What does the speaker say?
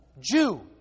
Jew